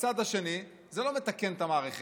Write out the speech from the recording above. לצד השני, זה לא מתקן את המערכת.